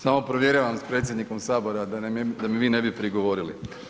Samo provjeravam s predsjednikom Sabora da mi vi ne bi prigovorili.